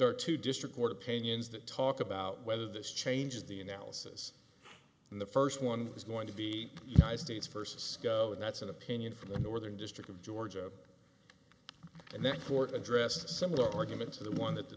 are two district court opinions that talk about whether this changes the analysis in the first one is going to be united states versus sco and that's an opinion from the northern district of georgia and that court addresses a similar argument to the one that the